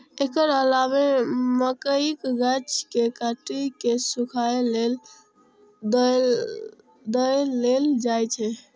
एकर अलावे मकइक गाछ कें काटि कें सूखय लेल दए देल जाइ छै